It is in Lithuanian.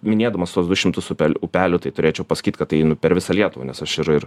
minėdamas tuos du šimtus upelių tai turėčiau pasakyt kad per visą lietuvą nes aš ir ir